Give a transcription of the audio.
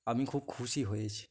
আমি খুব খুশি হয়েছি